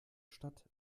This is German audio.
stadt